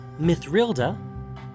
Mithrilda